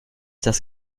das